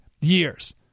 years